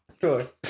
Sure